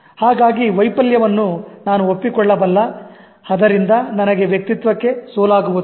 ಹಾಗಾಗಿ ವೈಫಲ್ಯವನ್ನು ನಾನು ಒಪ್ಪಿಕೊಳ್ಳಬಲ್ಲ ಅದರಿಂದ ನನ್ನ ವ್ಯಕ್ತಿತ್ವಕ್ಕೆ ಸೋಲಾಗುವುದಿಲ್ಲ